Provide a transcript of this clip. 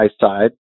side